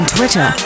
Twitter